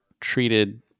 treated